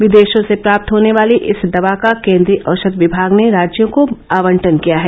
विदेशों से प्राप्त होने वाली इस दवा का केंद्रीय औषध विभाग ने राज्यों को आवंटन किया है